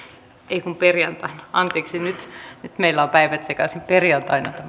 oikein anteeksi nyt meillä on päivät sekaisin perjantaina